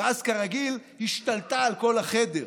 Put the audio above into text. ואז כרגיל השתלטה על כל החדר,